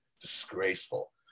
disgraceful